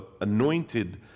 anointed